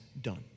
done